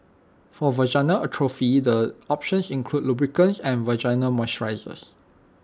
for vaginal atrophy the options include lubricants and vaginal moisturisers